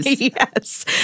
Yes